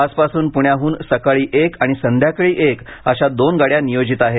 आजपासून पुण्याहून सकाळी एक आणि संध्याकाळी एक अशा दोन गाड्या नियोजित आहेत